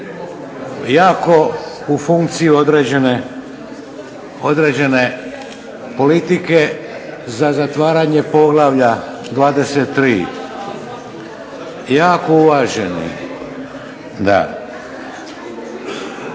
jako u funkciji određene politike za zatvaranje Poglavlja 23. Jako uvaženi, da.